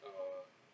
uh